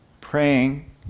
Praying